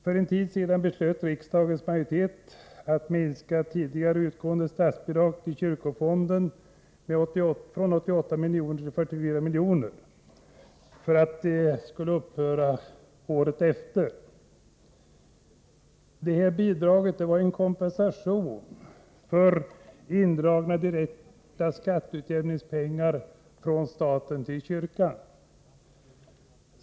För en tid sedan beslöt riksdagens majoritet att minska tidigare utgående statsbidrag till kyrkofonden från 88 milj.kr. till 44 milj.kr. Efter ett år skall bidraget upphöra. Detta bidrag var en kompensation för indragna direkta skatteutjämningspengar från staten till kyrkan.